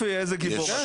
יופי, איזה גיבור.